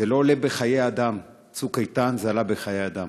זה לא עולה בחיי אדם, "צוק איתן" זה עלה בחיי אדם.